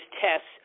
tests